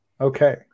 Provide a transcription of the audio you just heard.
Okay